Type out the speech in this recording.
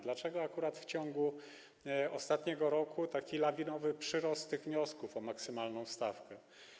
Dlaczego akurat w ciągu ostatniego roku nastąpił taki lawinowy przyrost wniosków o maksymalną stawkę?